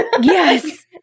Yes